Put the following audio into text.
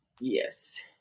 Yes